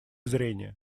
зрения